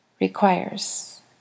requires